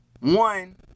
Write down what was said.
one